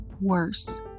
worse